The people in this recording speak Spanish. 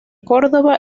córdoba